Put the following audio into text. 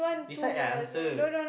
decide I answer